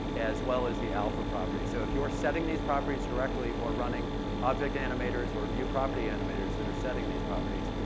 as well as the alpha property. so if you're setting these properties correctly or running object animators or view property animators that are setting these properties,